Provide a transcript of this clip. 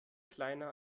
kleiner